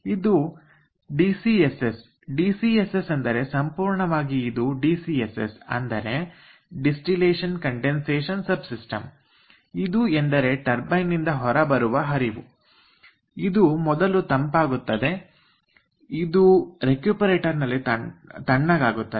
ಇದುಡಿ C S S D C S S ಎಂದರೆ ಸಂಪೂರ್ಣವಾಗಿ ಇದು ಡಿ ಸಿ ಎಸ್ ಎಸ್ ಅಂದರೆ ಡಿಸ್ಟಿಲೇಶನ್ ಕಂಡೆನ್ಸೇಶನ್ ಸಬ್ ಸಿಸ್ಟಮ್ ಇದು ಎಂದರೆ ಟರ್ಬೈನ್ ನಿಂದ ಹೊರಬರುವ ಹರಿವು ಇದು ಮೊದಲು ತಂಪಾಗುತ್ತದೆ ಇದು ರೆಕ್ಯೂಪರೇಟರ್ ನಲ್ಲಿ ತಣ್ಣಗಾಗುತ್ತದೆ